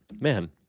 Man